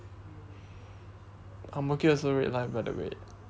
ang-mo-kio is also red line by the way